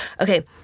Okay